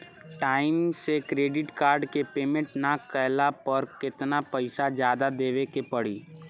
Time से credit card के payment ना कैला पर केतना पईसा जादे देवे के पड़ी?